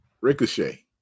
Ricochet